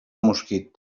mosquit